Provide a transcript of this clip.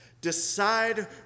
Decide